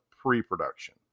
pre-production